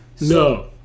No